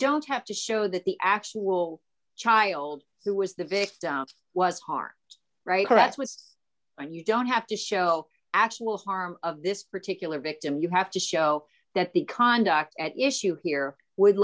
don't have to show that the actual child who was the victim was hard right correct was when you don't have to show actual harm of this particular victim you have to show that the conduct at issue here would